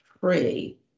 free